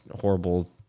horrible